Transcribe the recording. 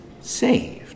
saved